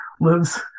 lives